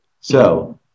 So-